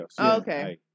Okay